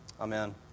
Amen